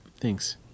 Thanks